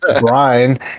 Brian